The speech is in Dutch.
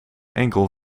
enkel